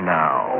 now